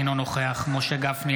אינו נוכח משה גפני,